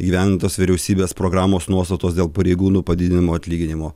įgyvendintos vyriausybės programos nuostatos dėl pareigūnų padidinimo atlyginimo